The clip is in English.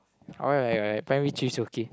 alright alright alright primary three okay